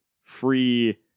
free